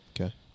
Okay